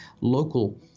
local